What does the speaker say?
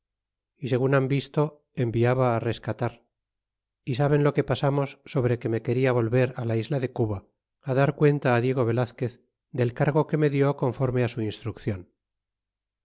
y segun han visto enviaba a rescatar y saben lo que pasamos sobre que me quena volver la isla de cuba dar cuenta diego velazquez del cargo que me di conforme á su instiuccion